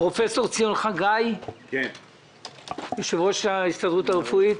פרופ' ציון חגי, יושב-ראש ההסתדרות הרפואית.